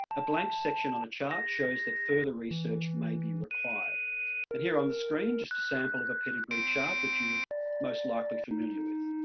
a blank section on a chart shows that further research may be required and here on the screen, just a sample of a pedigree chart that you're most likely familiar with.